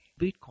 Bitcoin